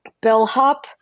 bellhop